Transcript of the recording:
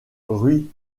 rui